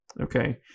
Okay